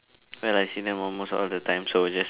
well I see them almost all the time so just